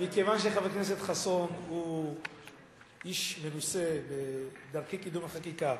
מכיוון שחבר הכנסת חסון הוא איש מנוסה בדרכי קידום החקיקה,